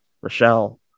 rochelle